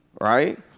Right